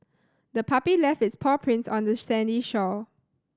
the puppy left its paw prints on the sandy shore